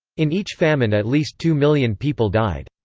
in each famine at least two million people died.